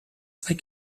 zwei